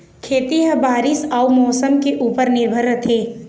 खेती ह बारीस अऊ मौसम के ऊपर निर्भर रथे